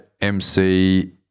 MC